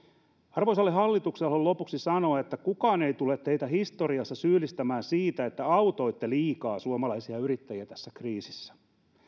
arvoisalle hallitukselle haluan lopuksi sanoa että kukaan ei tule teitä historiassa syyllistämään siitä että autoitte liikaa suomalaisia yrittäjiä tässä kriisissä